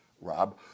Rob